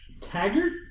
Taggart